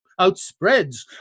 outspreads